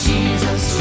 Jesus